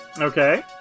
Okay